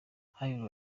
hari